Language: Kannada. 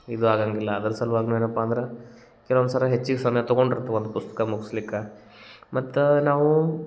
ಇದು ಆಗಂಗಿಲ್ಲ ಅದ್ರ ಸಲ್ವಾಗಿ ಏನಪ್ಪ ಅಂದ್ರೆ ಕೆಲ್ವೊಂದು ಸಲ ಹೆಚ್ಚಿಗೆ ಸಮಯ ತಗೊಂಡಿರ್ತೀವಿ ಒಂದು ಪುಸ್ತಕ ಮುಗ್ಸ್ಲಿಕ್ಕೆ ಮತ್ತು ನಾವು